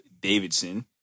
Davidson